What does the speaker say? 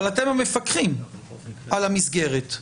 אבל אתם המפקחים על המסגרת.